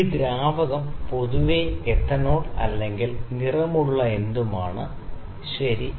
ഈ ദ്രാവകം പൊതുവെ എത്തനോൾ അല്ലെങ്കിൽ നിറമുള്ള എന്തും ആണ് ശരി